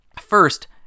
First